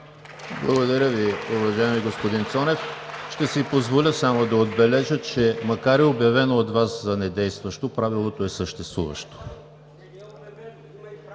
Благодаря Ви, уважаеми господин Цонев. Ще си позволя само да отбележа, че макар и обявено от Вас за недействащо, правилото е съществуващо.